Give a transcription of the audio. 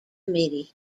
committee